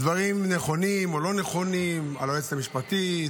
דברים נכונים או לא נכונים, על היועצת המשפטית,